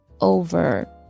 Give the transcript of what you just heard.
over